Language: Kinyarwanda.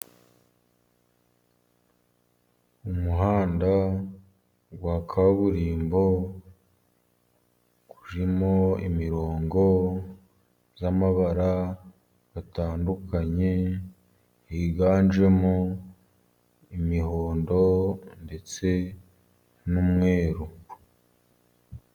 Umuhanda wa kaburimbo urimo imirongo y'amabara atandukanye, higanjemo imihondo ndetse n'umweru.